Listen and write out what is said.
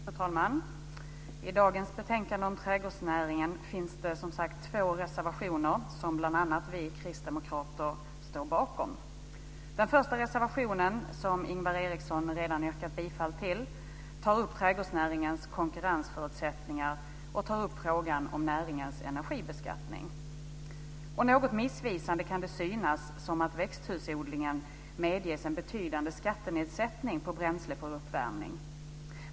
Fru talman! I dagens betänkande om trädgårdsnäringen finns det, som sagt, två reservationer som bl.a. vi kristdemokrater står bakom. Den första reservationen, som Ingvar Eriksson redan yrkat bifall till, tar upp trädgårdsnäringens konkurrensförutsättningar och frågan om näringens energibeskattning. Något missvisande kan det synas att växthusodlingen medges en betydande skattenedsättning för bränsle för uppvärmning.